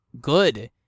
good